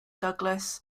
douglas